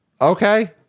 Okay